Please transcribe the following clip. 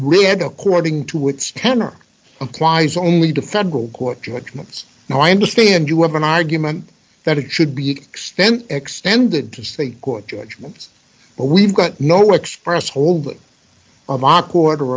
had according to which tenor applies only to federal court judgments now i understand you have an argument that it should be extended extended to state court judgements but we've got no express hold of aa quarter